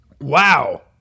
Wow